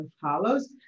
follows